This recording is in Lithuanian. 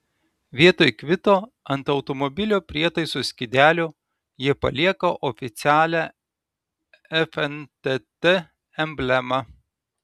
vietoj kvito ant automobilio prietaisų skydelio jie palieka oficialią fntt emblemą